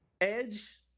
Edge